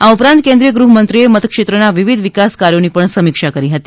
આ ઉપરાંત કેન્દ્રીય ગૃહમંત્રીશ્રીએ મતક્ષેત્રના વિવિધ વિકાસ કાર્યોની પણ સમીક્ષા કરી હતી